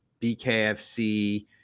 BKFC